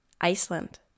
Iceland